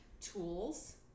tools